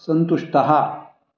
सन्तुष्टः